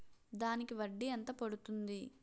దానికి వడ్డీ ఎంత పడుతుంది?